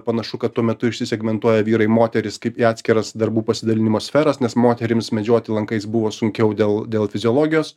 panašu kad tuo metu išsisegmentuoja vyrai moterys kaip į atskiras darbų pasidalinimo sferas nes moterims medžioti lankais buvo sunkiau dėl dėl fiziologijos